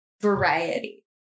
variety